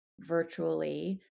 virtually